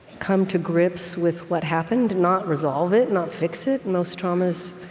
come to grips with what happened not resolve it, not fix it most traumas